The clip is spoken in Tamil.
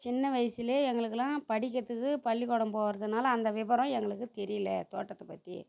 சின்ன வயதுலே எங்களுக்கெலாம் படிக்கிறதுக்கு பள்ளிக்கூடம் போகிறதுனால அந்த விவரம் எங்களுக்கு தெரியிலை தோட்டத்தைப் பற்றி